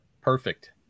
perfect